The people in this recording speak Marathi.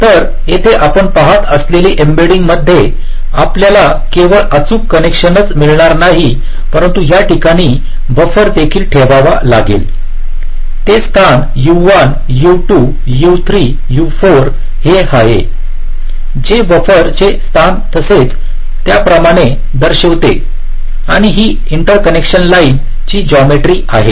तर येथे आपण पहात असलेले एम्बेडिंगमध्ये आपल्याला केवळ अचूक कनेक्शनच मिळणार नाही परंतु या ठिकाणी बफर देखील ठेवावा लागेल ते स्थान U1 U2 U3 U4 हे आहे जे बफरचे स्थान तसेच त्याचप्रमाणे दर्शविते आणि ही इंटरकनेक्शन लाइनची जोमेटरी आहे